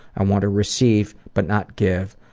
i want to receive but not give.